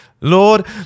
Lord